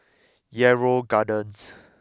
Yarrow Gardens